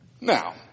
Now